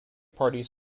parties